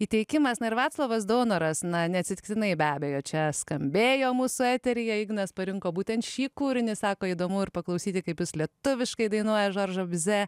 įteikimas na ir vaclovas daunoras na neatsitiktinai be abejo čia skambėjo mūsų eteryje ignas parinko būtent šį kūrinį sako įdomu ir paklausyti kaip jis lietuviškai dainuoja žoržą bize